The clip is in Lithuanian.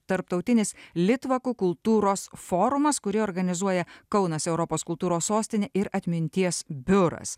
tarptautinis litvakų kultūros forumas kurį organizuoja kaunas europos kultūros sostinė ir atminties biuras